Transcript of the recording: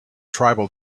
tribal